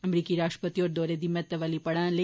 अमरीकी राश्ट्रपति होर दौरे दी महत्वै आली पडां लेई